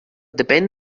depèn